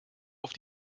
auf